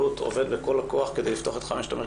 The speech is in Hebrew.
ממש בפברואר חוברת של יותר מ-100 עמודים עם תיקונים לנוהל,